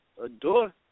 adore